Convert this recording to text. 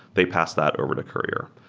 they pass that over to courier.